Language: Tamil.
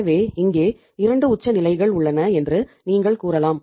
எனவே இங்கே 2 உச்ச நிலைகள் உள்ளன என்று நீங்கள் கூறலாம்